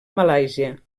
malàisia